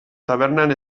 tabernan